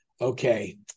Okay